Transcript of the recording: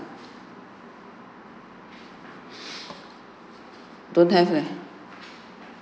don't have leh